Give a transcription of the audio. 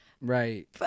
Right